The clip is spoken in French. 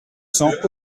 cents